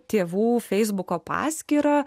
tėvų feisbuko paskyrą